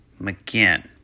McGinn